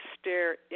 stare